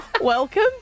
Welcome